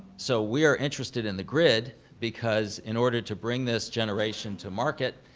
so we are interested in the grid because in order to bring this generation to market,